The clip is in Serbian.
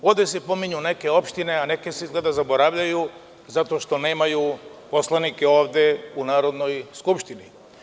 Ovde se pominju neke opštine, a neke se izgleda zaboravljaju zato što nemaju poslanike ovde u Narodnoj skupštini.